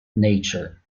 nature